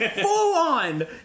Full-on